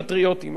פטריוטים,